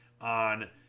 on